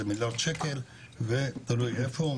זה מיליארד שקל ותלוי איפה.